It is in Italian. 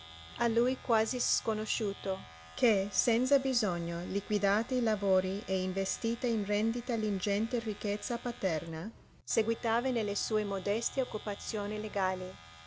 a lui quasi sconosciuto che senza bisogno liquidati i lavori e investita in rendita l'ingente ricchezza paterna seguitava nelle sue modeste occupazioni legali